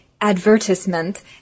advertisement